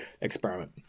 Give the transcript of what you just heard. experiment